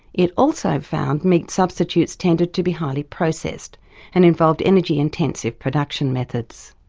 it also found meat substitutes tended to be highly processed and involved energy intensive production methods.